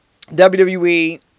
WWE